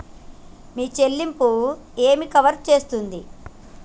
మీ చెల్లింపు ఏమి కవర్ చేస్తుంది?